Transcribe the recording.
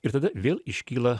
ir tada vėl iškyla